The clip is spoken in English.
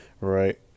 right